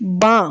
বাঁ